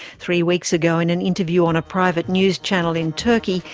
three weeks ago in an interview on a private news channel in turkey,